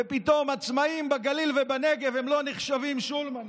ופתאום עצמאים בגליל ובנגב לא נחשבים שולמנים.